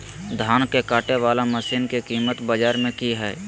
धान के कटे बाला मसीन के कीमत बाजार में की हाय?